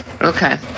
Okay